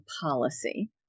policy